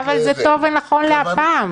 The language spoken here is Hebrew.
אני יודעת שזה מוזר אבל בכל זאת,